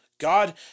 God